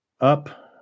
Up